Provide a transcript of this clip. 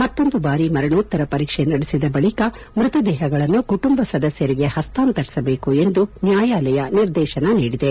ಮತ್ತೊಂದು ಬಾರಿ ಮರಣೋತ್ತರ ಪರೀಕ್ಷೆ ನಡೆಸಿದ ಬಳಿಕ ಮ್ಬತದೇಹಗಳನ್ನು ಕುಟುಂಬ ಸದಸ್ಯರಿಗೆ ಹಸ್ತಾಂತರಿಸಬೇಕು ಎಂದು ನ್ನಾಯಾಲಯ ನಿರ್ದೇಶನ ನೀಡಿದೆ